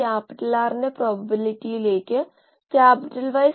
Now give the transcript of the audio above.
പരീക്ഷണം പ്രവർത്തിക്കുന്നില്ലെങ്കിൽ എന്തുചെയ്യും